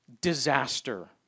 Disaster